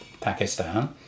Pakistan